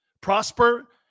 prosper